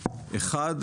אחת,